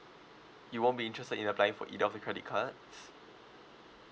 you won't be interested in applying for either of the credit cards